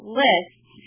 lists